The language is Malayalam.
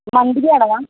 മന്ത്ലി അടവാണോ